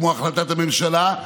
כמו בהחלטת הממשלה,